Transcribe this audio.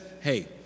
hey